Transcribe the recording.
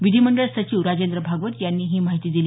विधीमंडळ सचिव राजेंद्र भागवत यांनी ही माहिती दिली